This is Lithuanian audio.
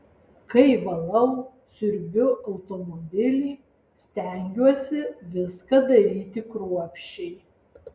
kai valau siurbiu automobilį stengiuosi viską daryti kruopščiai